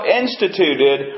instituted